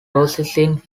processing